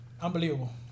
Unbelievable